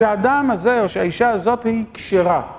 שהאדם הזה או שהאישה הזאת היא כשרה